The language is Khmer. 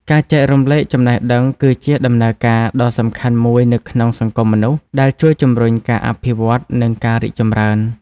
ការចែករំលែកចំណេះដឹង គឺជាដំណើរការដ៏សំខាន់មួយនៅក្នុងសង្គមមនុស្ស ដែលជួយជំរុញការអភិវឌ្ឍ និងការរីកចម្រើន។